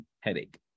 headache